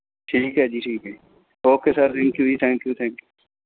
ਠੀਕ ਹੈ ਜੀ ਠੀਕ ਹੈ ਓਕੇ ਸਰ ਥੈਂਕ ਯੂ ਜੀ ਥੈਂਕ ਯੂ ਥੈਂਕ ਯੂ